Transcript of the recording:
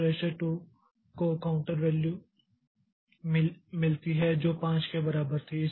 तो रजिस्टर 2 को counter value मिलती है जो 5 के बराबर थी